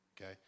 okay